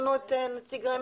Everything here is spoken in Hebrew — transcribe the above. אם